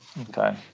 Okay